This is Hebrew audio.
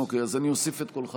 אוקיי, אז אני אוסיף את קולך.